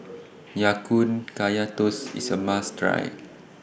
Ya Kun Kaya Toast IS A must Try